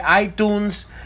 iTunes